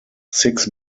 six